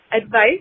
advice